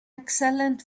excellent